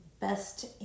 best